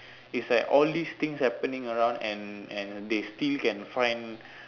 it's like all these things happening around and and they still can find